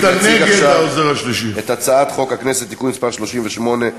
יציג עכשיו את הצעת חוק הכנסת (תיקון מס' 38)